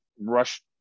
rush